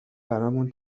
برامون